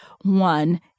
One